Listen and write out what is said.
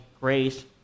grace